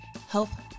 health